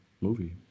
movie